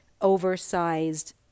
oversized